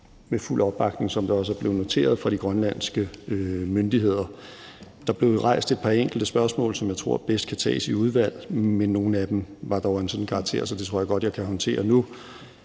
med fuld opbakning, som det også er blevet noteret, fra de grønlandske myndigheder. Der blev rejst et par enkelte spørgsmål, som jeg tror bedst kan tages i udvalget, men nogle af dem var dog af en sådan karakter, at jeg godt tror, at jeg kan håndtere dem